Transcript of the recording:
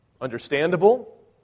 understandable